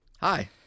Hi